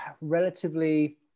relatively